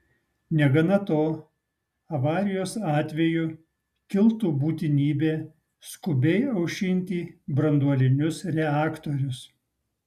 negana to avarijos atveju kiltų būtinybė skubiai aušinti branduolinius reaktorius